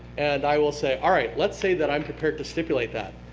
and i will say, all right, let's say that i'm prepared to stipulate that.